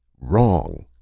wrong,